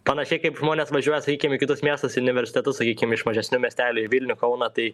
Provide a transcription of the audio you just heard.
panašiai kaip žmonės važiuoja sakykim į kitus miestus į universitetus sakykim iš mažesnių miestelių į vilnių kauną tai